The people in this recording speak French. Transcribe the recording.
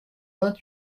vingt